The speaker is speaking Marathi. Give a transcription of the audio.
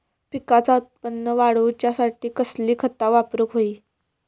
पिकाचा उत्पन वाढवूच्यासाठी कसली खता वापरूक होई?